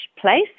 place